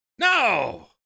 No